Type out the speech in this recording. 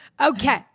Okay